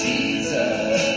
Jesus